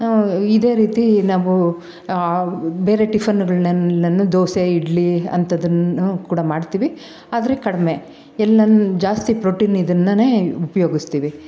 ಇದೇ ರೀತಿ ನಾವು ಬೇರೆ ಟಿಫನ್ಗಳನ್ನೆಲ್ಲನು ದೋಸೆ ಇಡ್ಲಿ ಅಂಥದ್ದನ್ನು ಕೂಡ ಮಾಡ್ತೀವಿ ಆದರೆ ಕಡಿಮೆ ಎಲ್ಲಾನು ಜಾಸ್ತಿ ಪ್ರೋಟೀನ್ ಇದನ್ನನೆ ಉಪ್ಯೋಗಸ್ತೀವಿ